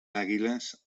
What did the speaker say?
àguiles